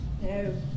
No